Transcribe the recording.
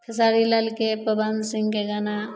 खेसारी लालके पवन सिंहके गाना